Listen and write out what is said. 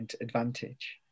advantage